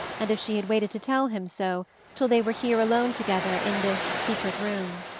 and if she had waited to tell him so till they were here alone together in this secret room?